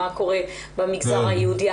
מה קורה במגזר היהודי?